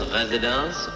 residence